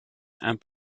and